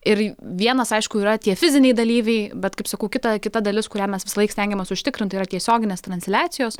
ir vienas aišku yra tie fiziniai dalyviai bet kaip sakau kita kita dalis kurią mes visąlaik stengiamės užtikrinti tai yra tiesioginės transliacijos